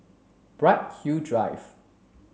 Bright Hill Drive